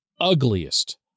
ugliest